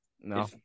No